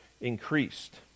increased